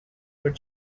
but